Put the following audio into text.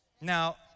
Now